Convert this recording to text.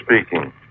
speaking